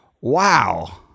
Wow